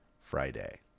Friday